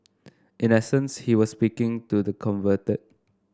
in essence he was speaking to the converted